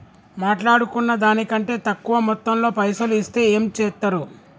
మాట్లాడుకున్న దాని కంటే తక్కువ మొత్తంలో పైసలు ఇస్తే ఏం చేత్తరు?